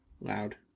loud